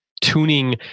tuning